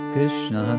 Krishna